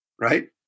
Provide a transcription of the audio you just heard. right